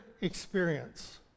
experience